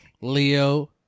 Leo